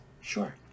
sure